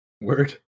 Word